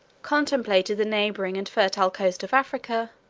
contemplated the neighboring and fertile coast of africa,